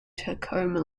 tacoma